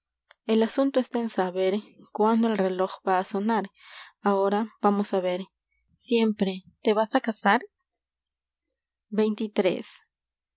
el asunto está saber cuándo el reloj va á sonar ahora vamos á ver siempre te vas á casar